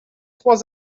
trois